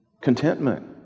Contentment